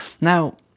Now